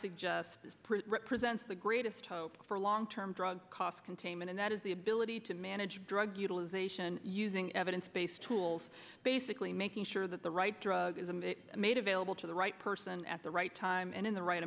suggest this presents the greatest hope for a long term drug cost containment and that is the billeted to manage drug utilization using evidence based tools basically making sure that the right drug is made available to the right person at the right time and in the right